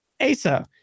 Asa